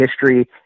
history